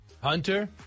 Hunter